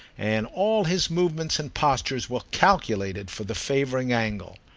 and all his movements and postures were calculated for the favouring angle.